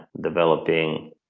developing